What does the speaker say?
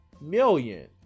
million